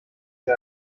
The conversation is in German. sie